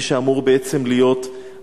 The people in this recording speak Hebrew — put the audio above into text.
מי שאמורים בעצם להיות השרים,